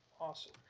Awesome